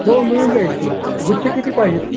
हो मिळून जाईल की गुच्छ किती पाहिजेत